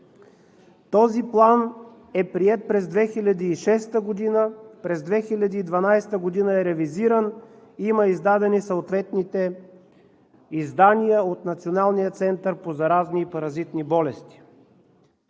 Този план е приет през 2006 г., през 2012 г. е ревизиран, има издадени съответните издания от Националния център по заразни и паразитни болести.